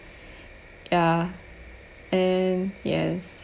ya and yes